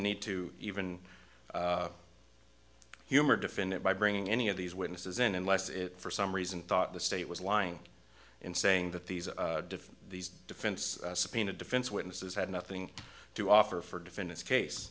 need to even humor defend it by bringing any of these witnesses in unless it for some reason thought the state was lying in saying that these different these defense subpoena defense witnesses had nothing to offer for defendants